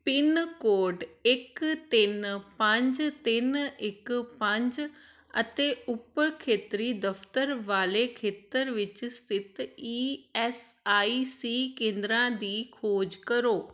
pin code ਇੱਕ ਤਿੰਨ ਪੰਜ ਤਿੰਨ ਇੱਕ ਪੰਜ ਅਤੇ ਉਪ ਖੇਤਰੀ ਦਫ਼ਤਰ ਵਾਲੇ ਖੇਤਰ ਵਿੱਚ ਸਥਿਤ ਈ ਐੱਸ ਆਈ ਸੀ ਕੇਂਦਰਾਂ ਦੀ ਖੋਜ ਕਰੋ